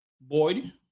Boyd